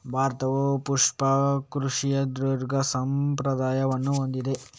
ಭಾರತವು ಪುಷ್ಪ ಕೃಷಿಯ ದೀರ್ಘ ಸಂಪ್ರದಾಯವನ್ನು ಹೊಂದಿದೆ